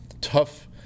Tough